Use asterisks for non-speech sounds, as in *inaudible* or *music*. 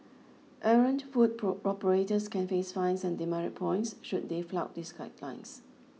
errant food *unintelligible* operators can face fines and demerit points should they flout these guidelines